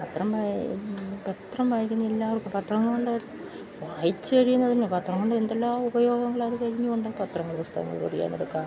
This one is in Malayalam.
പത്രം വായിക്കുന്ന എല്ലാവർക്കും പത്രം കൊണ്ട് വായിച്ചുകഴിയുമ്പോള് പത്രം കൊണ്ട് എന്തെല്ലാം ഉപയോഗങ്ങളാണ് അതുകഴിഞ്ഞ് പത്രങ്ങള് പുസ്തകങ്ങള് പൊതിയാനെടുക്കാം